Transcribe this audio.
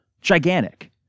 Gigantic